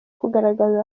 kugaragaza